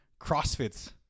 CrossFit's